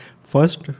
First